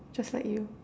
just like you